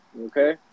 okay